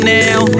now